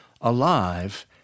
alive